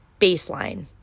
baseline